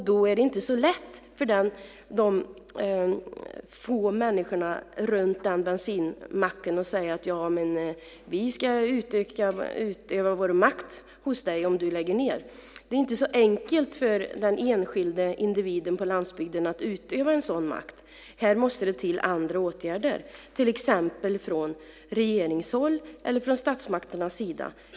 Då är det inte så lätt för de få människor som bor i närheten av en bensinmack att utöva sin makt om den läggs ned. Det är inte så enkelt för den enskilda individen på landsbygden att utöva en sådan makt. Här måste det till andra åtgärder, till exempel från regeringens eller statsmakternas sida.